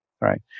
right